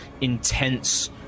intense